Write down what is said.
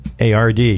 ARD